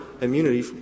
immunity